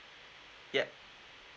yup